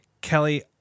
Kelly